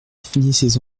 finissez